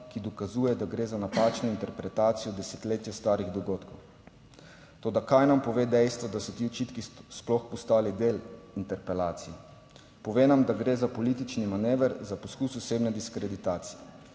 ki dokazuje, da gre za napačno interpretacijo desetletja starih dogodkov. Toda kaj nam pove dejstvo, da so ti očitki sploh postali del interpelacije? Pove nam, da gre za politični manever, za poskus osebne diskreditacije.